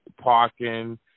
parking